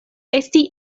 esti